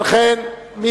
אני